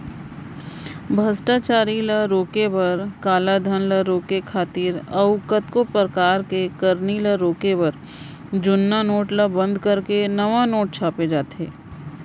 भस्टाचारी ल रोके बर, कालाधन ल रोके खातिर अउ कतको परकार के करनी ल रोके बर जुन्ना नोट ल बंद करके नवा नोट छापे जाथे